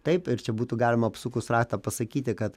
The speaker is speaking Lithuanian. taip ir čia būtų galima apsukus ratą pasakyti kad